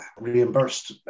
reimbursed